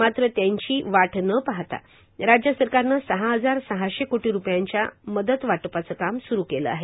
मात्र त्यांची वाट न पाहता राज्य सरकारनं सहा हजार सहाशे कोटी रूपयांच्या मदत वाटपाचं काम स्रू केलं आहे